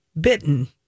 bitten